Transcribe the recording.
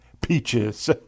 Peaches